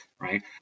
right